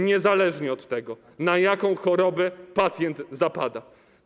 niezależnie od tego, na jaką chorobę pacjent zapada.